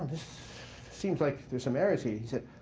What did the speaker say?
seems like there's some errors here. he said,